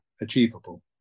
achievable